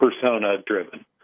persona-driven